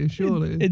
surely